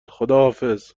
خداحافظ